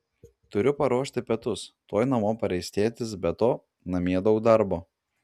turiu paruošti pietus tuoj namo pareis tėtis be to namie daug darbo